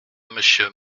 monsieur